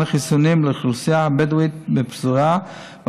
חיסונים לאוכלוסייה הבדואית בפזורה,